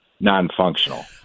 non-functional